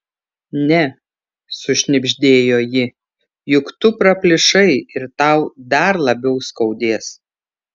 ne sušnibždėjo ji juk tu praplyšai ir tau dar labiau skaudės